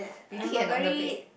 reading and on the bed